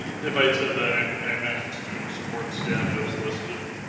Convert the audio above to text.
if i had said that, i um i meant student support staff is listed.